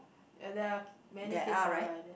ya there are many kids are like that